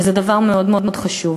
וזה דבר מאוד חשוב.